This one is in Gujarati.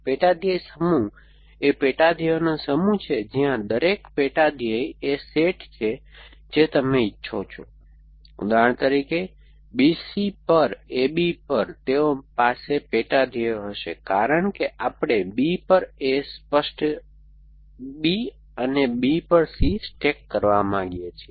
પેટા ધ્યેય સમૂહ એ પેટા ધ્યેયોનો સમૂહ છે જ્યાં દરેક પેટા ધ્યેય એ સેટ છે જે તમે ઇચ્છો છો તેથી ઉદાહરણ તરીકે BC પર AB પર તેઓ પાસે પેટા ધ્યેયો હશે કારણ કે આપણે B પર A સ્પષ્ટ B અને B પર C સ્ટેક કરવા માંગીએ છીએ